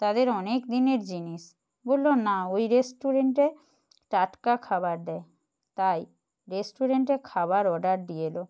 তাদের অনেক দিনের জিনিস বললো না ওই রেস্টুরেন্টে টাটকা খাবার দেয় তাই রেস্টুরেন্টে খাবার অর্ডার দিয়ে এলো